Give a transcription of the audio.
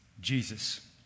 Jesus